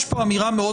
יש פה אמירה מאוד